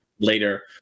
Later